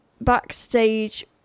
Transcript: backstage